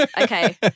Okay